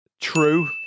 True